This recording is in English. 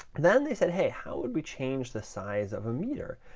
then they said, hey, how would we change the size of a meter?